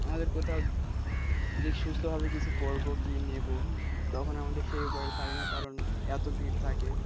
আমাদের কোথাও যে সুস্থভাবে কিছু করবো কি নেবো তখন আমাদের সেই উপায় থাকে না কারণ এতো ভিড় থাকে